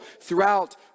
throughout